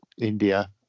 India